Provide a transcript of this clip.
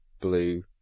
blue